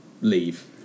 leave